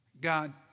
God